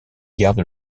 garde